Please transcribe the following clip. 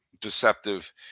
deceptive